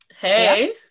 Hey